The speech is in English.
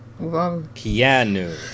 Kianu